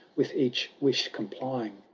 with each wish complying.